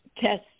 Test